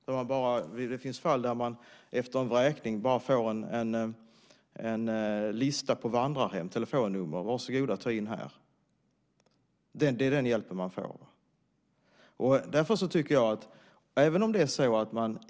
Det finns fall där man efter en vräkning får en lista på telefonnummer till vandrarhem: Var så god och ring här. Det är den hjälpen man får.